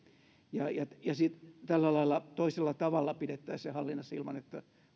tällä lailla toisella tavalla pidettäisiin se hallinnassa ilman että